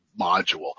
module